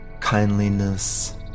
kindliness